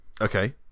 okay